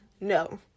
No